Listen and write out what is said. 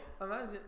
imagine